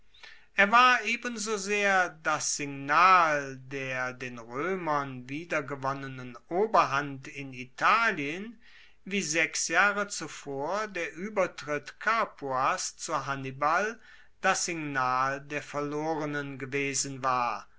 er war ebenso sehr das signal der den roemern wiedergewonnenen oberhand in italien wie sechs jahre zuvor der uebertritt capuas zu hannibal das signal der verlorenen gewesen war